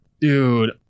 Dude